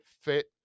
fit